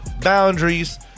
boundaries